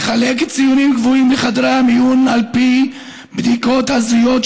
מחלק ציונים גבוהים לחדרי המיון על פי בדיקות הזויות,